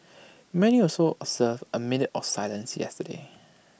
many also observed A minute of silence yesterday